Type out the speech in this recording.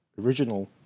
original